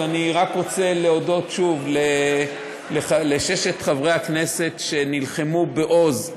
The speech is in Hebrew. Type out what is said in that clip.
אז אני רק רוצה להודות שוב לששת חברי הכנסת שנלחמו בעוז,